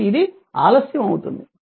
కాబట్టి ఇది ఆలస్యం అవుతుంది